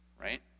right